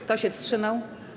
Kto się wstrzymał?